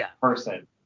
person